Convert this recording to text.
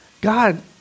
God